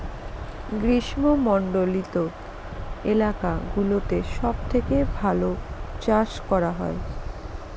গ্রীষ্মমন্ডলীত এলাকা গুলোতে সব থেকে ভালো চাষ করা হয়